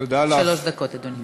שלוש דקות, אדוני.